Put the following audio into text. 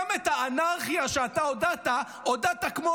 גם את האנרכיה כשאתה הודעת כמו,